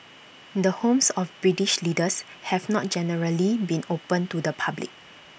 the homes of British leaders have not generally been open to the public